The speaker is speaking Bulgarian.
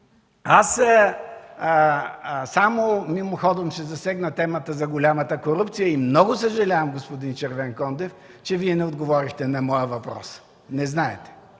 Само мимоходом ще засегна темата за голямата корупция. Много съжалявам, господин Червенкондев, че не отговорихте на моя въпрос. Не знаете